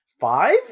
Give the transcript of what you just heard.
five